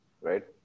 right